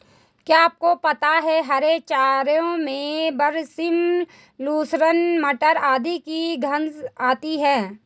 क्या आपको पता है हरे चारों में बरसीम, लूसर्न, मटर आदि की घांस आती है?